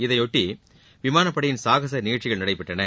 இதனையொட்டி விமானப்படையின் சாகச நிகழ்ச்சிகள் நடைபெற்றன